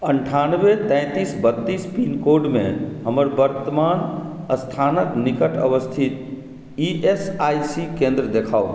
अन्ठानबे तैंतीस बत्तीस पिनकोडमे हमर वर्तमान स्थानक निकट अवस्थित ई एस आई सी केन्द्र देखाउ